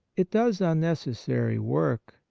it does unneces sary work,